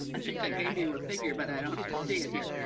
i think i gave you a figure, but i don't see it here.